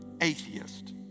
atheist